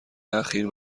اخیر